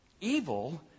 Evil